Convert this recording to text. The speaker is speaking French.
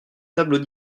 tableau